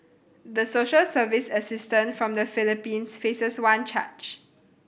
the social service assistant from the Philippines faces one charge